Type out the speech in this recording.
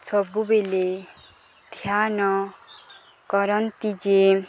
ସବୁବେଳେ ଧ୍ୟାନ କରନ୍ତି ଯେ